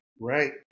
right